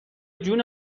جون